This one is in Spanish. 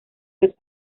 los